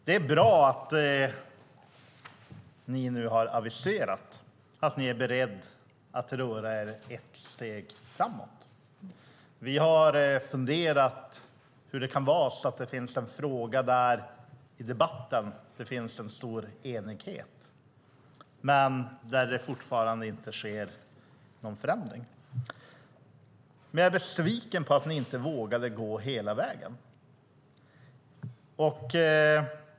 Det är bra att ni nu har aviserat att ni är beredda att röra er ett steg framåt, för vi har funderat på hur det kan vara så att det finns en fråga där det i debatten finns en stor enighet men där det fortfarande inte sker någon förändring. Jag är dock besviken på att ni inte vågade gå hela vägen.